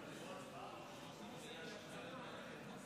אני ציפיתי ממך כרמטכ"ל לבוא ולגנות את